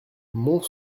mont